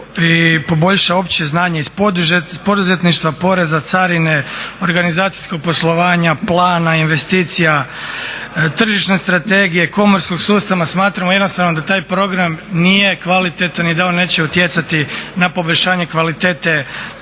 i poboljša opće znanje iz poduzetništva, poreza, carine, organizacijskog poslovanja, plana, investicija, tržišne strategije, komorskog sustava. Smatramo jednostavno da taj program nije kvalitetan i da on neće utjecati na poboljšanje kvalitete